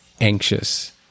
anxious